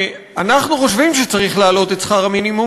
אנחנו חושבים שצריך להעלות את שכר המינימום,